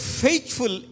faithful